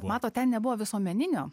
matot ten nebuvo visuomeninio